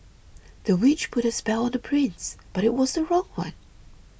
the witch put a spell on the prince but it was the wrong one